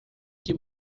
que